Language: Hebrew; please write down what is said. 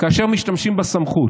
כאשר משתמשים בסמכות.